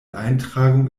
eintragung